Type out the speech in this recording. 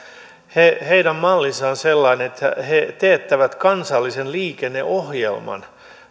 heidän mallinsa on sellainen että he he teettävät kansallisen liikenneohjelman